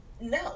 No